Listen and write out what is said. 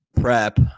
prep